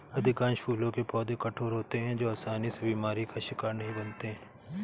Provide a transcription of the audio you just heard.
अधिकांश फूलों के पौधे कठोर होते हैं जो आसानी से बीमारी का शिकार नहीं बनते